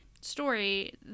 story